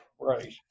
Right